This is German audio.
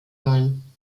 sollen